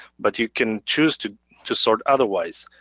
but you can choose to to sort otherwise,